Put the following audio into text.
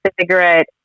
cigarette